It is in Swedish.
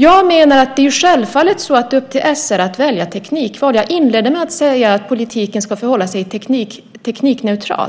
Det är självfallet upp till SR att välja teknikform. Jag inledde med att säga att politiken ska förhålla sig teknikneutral.